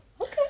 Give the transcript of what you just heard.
Okay